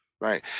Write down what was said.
right